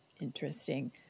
Interesting